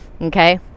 okay